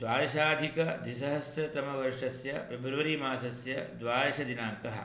द्वादशाधिकद्विसहस्रतमवर्षस्य February मासस्य द्वादशदिनाङ्कः